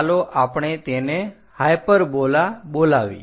ચાલો આપણે તેને હાઇપરબોલા બોલાવીએ